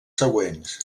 següents